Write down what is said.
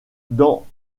dans